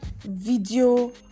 video